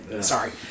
Sorry